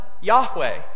Yahweh